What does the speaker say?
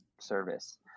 service